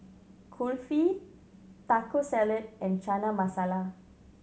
Kulfi Taco Salad and Chana Masala